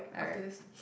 okay